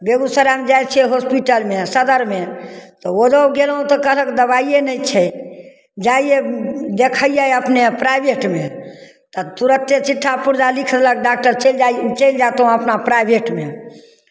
बेगूसरायमे जाइ छियै हॉस्पिटलमे सदरमे तऽ ओजऽ गयलहुँ तऽ कहलक दबाइए नहि छै जाइये देखाइये अपने प्राइभेटमे तऽ तुरन्ते चिट्ठा पुरजा लिखलक तऽ डाक्टर चलि जाइ चलि जाइत वहाँ अपना प्राइभेटमे